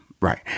Right